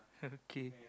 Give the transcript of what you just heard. K